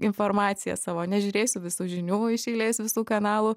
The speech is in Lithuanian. informaciją savo nežiūrėsiu visų žinių iš eilės visų kanalų